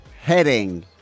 heading